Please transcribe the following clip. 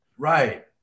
Right